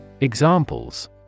Examples